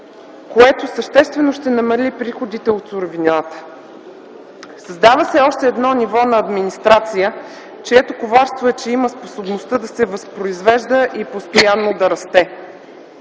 което съществено ще намали приходите от суровината. Създава се още едно ниво на администрация, чието коварство е, че има способността да се възпроизвежда и постоянно да расте.